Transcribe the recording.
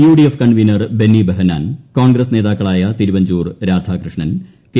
UDF convener Benny Behanan Congress നേതാക്കളായ Thiruvanchoor Radhakrishnan K